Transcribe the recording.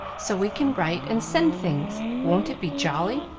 so we can write and send things. won't it be jolly!